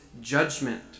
judgment